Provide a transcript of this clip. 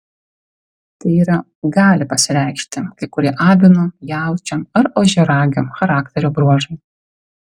tai yra gali pasireikšti kai kurie avino jaučio ar ožiaragio charakterio bruožai